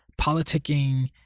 politicking